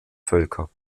völker